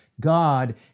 God